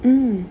mm